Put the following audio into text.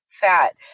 fat